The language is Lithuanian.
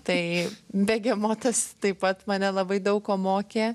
tai begemotas taip pat mane labai daug ko mokė